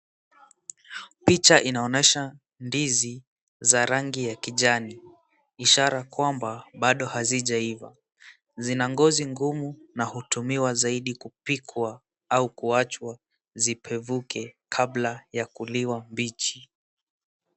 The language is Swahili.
Picha inaonyesha ndizi za rangi ya kijani, ishara kwamba bado hazijaiva, zina ngozi gumu na hutumiwa kupikwa au kuwachwa zipevuke kabla ya kuliwa mbichi.